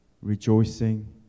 Rejoicing